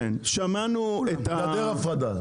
גדר הפרדה.